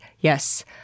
yes